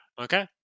okay